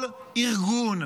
כל ארגון,